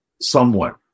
somewhat